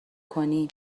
کنی